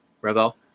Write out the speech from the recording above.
rebel